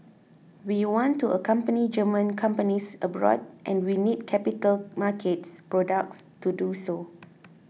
we want to accompany German companies abroad and we need capital markets products to do so